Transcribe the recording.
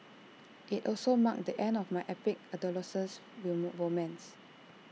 IT also marked the end of my epic adolescent romance